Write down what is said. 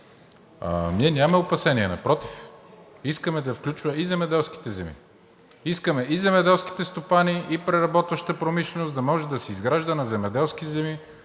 Ние нямаме опасения, напротив, искаме да включва и земеделските земи. Искаме и земеделските стопани, и преработващата промишленост да може да си изгражда на земеделски земи